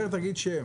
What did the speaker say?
בבקשה.